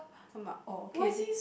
I'm ah orh okay